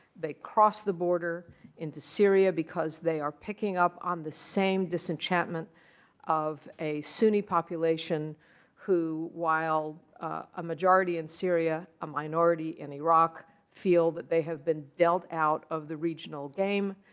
they crossed the border into syria, because they are picking up on the same disenchantment of a sunni population who while a majority in syria, a minority in iraq feel that they have been dealt out of the regional game,